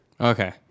Okay